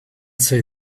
say